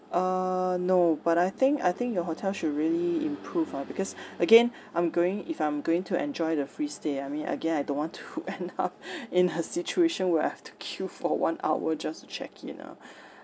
uh no but I think I think your hotel should really improve ah because again I'm going if I'm going to enjoy the free stay I mean again I don't want to end up in a situation where I've to queue for one hour just to check in ah